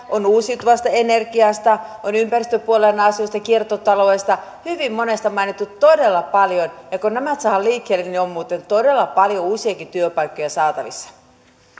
on uusiutuvasta energiasta on ympäristöpuolen asioista kiertotaloudesta hyvin monesta mainittu todella paljon kun nämä saadaan liikkeelle niin on muuten todella paljon uusiakin työpaikkoja saatavissa